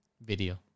Video